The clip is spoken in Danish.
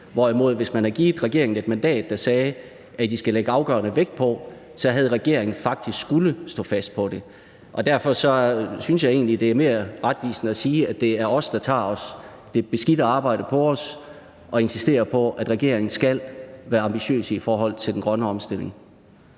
regeringen, hvis man havde givet den et mandat, der sagde, at den skulle lægge afgørende vægt på det, faktisk havde skullet stå fast på det. Derfor synes jeg egentlig, at det er mere retvisende at sige, at det er os, der tager det beskidte arbejde på os og insisterer på, at regeringen skal være ambitiøs i forhold til den grønne omstilling.